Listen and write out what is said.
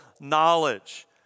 knowledge